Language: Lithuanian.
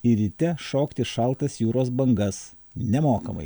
ir ryte šokt į šaltas jūros bangas nemokamai